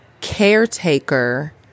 caretaker